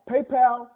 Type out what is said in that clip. PayPal